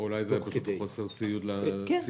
אולי זה פשוט חוסר ציות להנחיות.